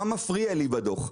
מה מפריע לי בדוח.